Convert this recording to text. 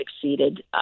succeeded